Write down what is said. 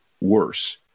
worse